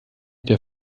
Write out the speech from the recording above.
der